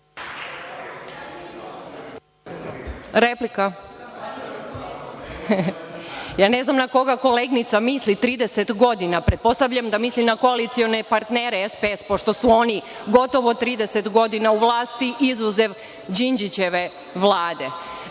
Mićić** Ja ne znam na koga koleginica misli 30 godina? Pretpostavljam da misli na koalicione partnere SPS, pošto su oni gotovo 30 godina u vlasti, izuzev Đinđićeve